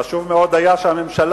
חשוב מאוד היה שהממשלה,